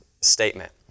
statement